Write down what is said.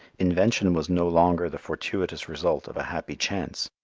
invention was no longer the fortuitous result of a happy chance.